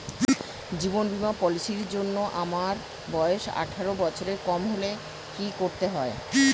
জীবন বীমা পলিসি র জন্যে আমার বয়স আঠারো বছরের কম হলে কি করতে হয়?